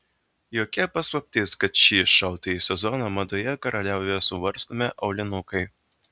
jokia paslaptis kad šį šaltąjį sezoną madoje karaliauja suvarstomi aulinukai